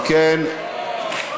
אם כן,